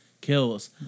kills